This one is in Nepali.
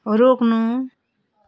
रोक्नु